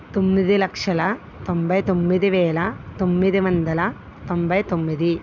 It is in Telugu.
తొమ్మిది లక్షల తొంభై తొమ్మిది వేల తొమ్మిది వందల తొంభై తొమ్మిది